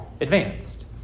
advanced